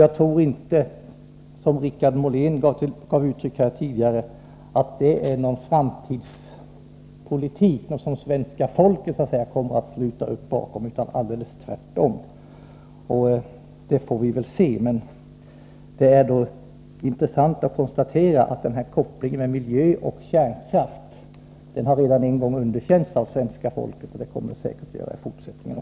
Jag tror inte att — Per-Richard Molén gav uttryck för det här tidigare — det är en framtidspolitik som svenska folket kommer att sluta upp bakom, tvärtom. Men vi får väl se hur det blir med den saken. Det är i varje fall intressant att konstatera att kopplingen miljökärnkraft redan en gång underkänts av svenska folket. Man kommer säkert att göra det även i fortsättningen.